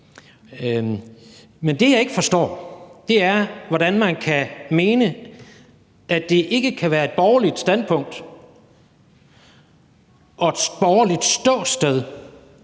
Men det, jeg ikke forstår, er, hvordan man kan mene, at det ikke kan være et borgerligt standpunkt og et borgerligt ståsted